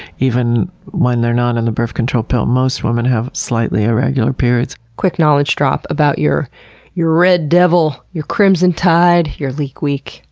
even when they're not on the birth control pill, most women have slightly irregular periods. quick knowledge drop about your your red devil, your crimson tide, your leak week,